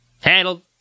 Handled